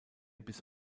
bis